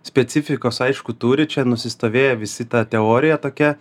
specifikos aišku turi čia nusistovėję visi ta teorija tokia